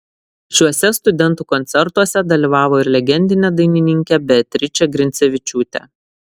šiuose studentų koncertuose dalyvavo ir legendinė dainininkė beatričė grincevičiūtė